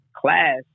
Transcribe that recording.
class